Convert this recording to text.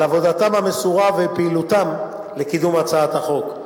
על עבודתם המסורה ופעילותם לקידום הצעת החוק.